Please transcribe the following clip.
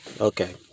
okay